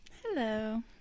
hello